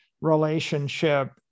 relationship